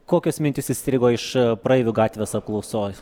kokios mintys įstrigo iš praeivių gatvės apklausoj